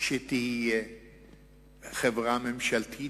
שתהיה חברה ממשלתית,